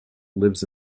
lives